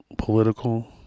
political